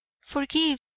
Forgive